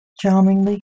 charmingly